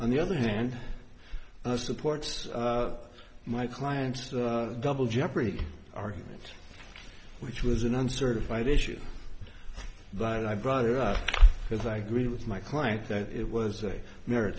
on the other hand supports my clients to double jeopardy argument which was an uncertified issue but i brought it up because i agree with my client that it was a merit